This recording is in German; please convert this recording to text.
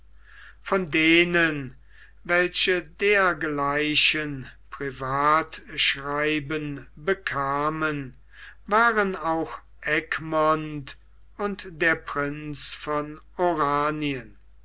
von denen welche dergleichen privatschreiben bekamen waren auch egmont und der prinz von oranien